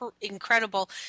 incredible